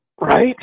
Right